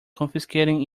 confiscating